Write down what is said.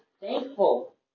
thankful